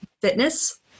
fitness